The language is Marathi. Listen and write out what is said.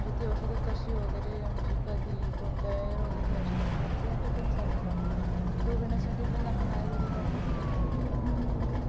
म्हणजे ती औषधं कशी वगैरे म्हणजे कधी कोणत्या वगैरे वगैरे साठी पण सल्ला लागतो तो घेण्यासाठी पण आपण आयुर्वेदिक डॉक्टरकडेच जातो